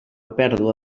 pèrdua